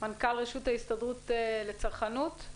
מנכ"ל רשות ההסתדרות לצרכנות.